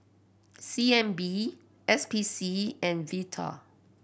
C N B S P C and Vital